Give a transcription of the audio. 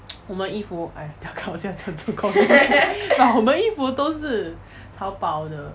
我们衣服 yi fu !aiya! 不要看我现在穿做工衣服 but 我们衣服都是淘宝的